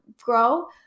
grow